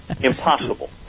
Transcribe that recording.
impossible